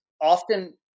often